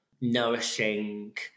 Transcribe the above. nourishing